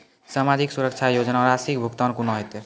समाजिक सुरक्षा योजना राशिक भुगतान कूना हेतै?